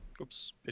Oops